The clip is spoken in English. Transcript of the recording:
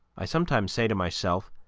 i sometimes say to myself,